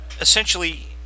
essentially